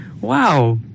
Wow